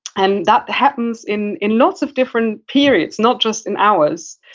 and that happens in in lots of different periods. not just in ours.